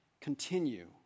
Continue